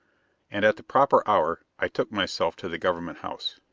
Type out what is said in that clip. and at the proper hour i took myself to the government house.